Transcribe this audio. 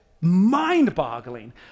mind-boggling